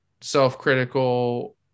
self-critical